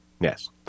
yes